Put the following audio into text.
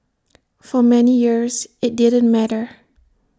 for many years IT didn't matter